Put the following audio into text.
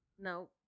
No